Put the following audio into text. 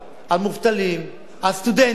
על מובטלים, על סטודנטים,